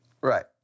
Right